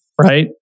Right